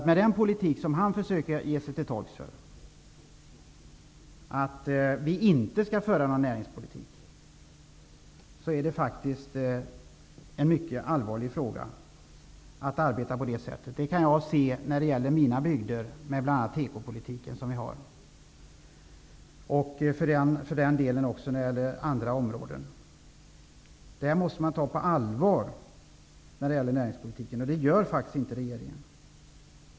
Med den politik som Per Westerberg gör sig till tolk för -- dvs. att man inte skall föra någon näringspolitik -- blir följden mycket allvarlig. Det kan jag se i mina hembygder när det bl.a. gäller dagens tekopolitik. Man måste ta näringspolitiken på allvar, men det gör faktiskt inte regeringen.